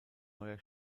neuer